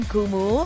Kumu